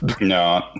No